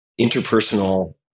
interpersonal